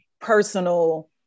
personal